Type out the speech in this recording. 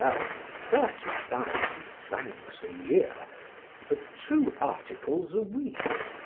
earns thirty thousand francs a year for two articles a week.